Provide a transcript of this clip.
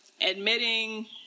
admitting